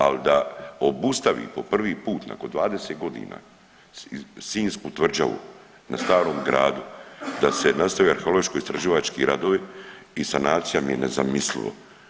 Ali da obustavi po prvi put nakon 20 godina Sinjsku tvrđavu na Starom gardu da se nastavi arheološko istraživački radovi i sanacija mi je nezamislivo.